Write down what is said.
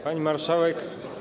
Pani Marszałek!